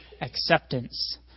acceptance